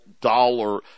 dollar